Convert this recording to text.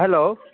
hello